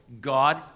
God